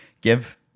give